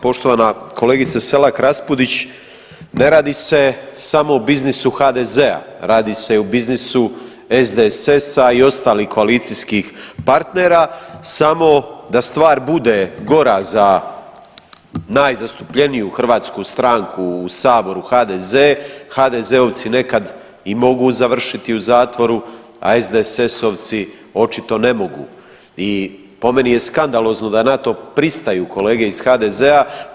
Poštovana kolegice Selak Raspudić, ne radi se samo o biznisu HDZ-a, radi se i o biznisu SDSS-a i ostalih koalicijskih partnera, samo da stvar bude gora za najzastupljeniju hrvatsku stranku u saboru HDZ, HDZ-ovci nekad i mogu završiti u zatvoru, a SDSS-ovci očito ne mogu i po meni je skandalozno da na to pristaju kolege iz HDZ-a.